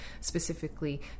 specifically